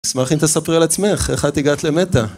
אשמח אם תספרי על עצמך איך הייתי הגעת למטה